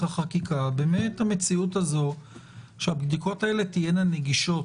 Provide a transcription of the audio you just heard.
החקיקה באמת תהיה מציאות שהבדיקות האלה נגישות